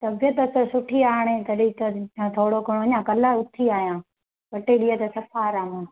तबियतु त सुठी आहे हाणे तॾहिं करे अञा थोरो घणो न कल्ह उथी आहियां ॿ टे ॾींहं त सफ़ा आरामु